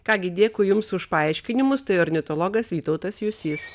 ką gi dėkui jums už paaiškinimus tai ornitologas vytautas jusys